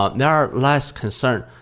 ah there are less concerns,